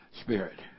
spirit